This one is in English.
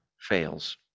fails